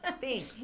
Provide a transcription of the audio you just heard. Thanks